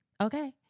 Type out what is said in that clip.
Okay